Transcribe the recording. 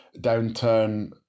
downturn